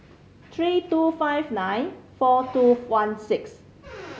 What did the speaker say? three two five nine four two one six